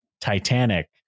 Titanic